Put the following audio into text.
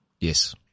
Yes